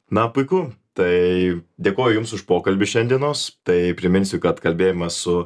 na puiku tai dėkoju jums už pokalbį šiandienos tai priminsiu kad kalbėjome su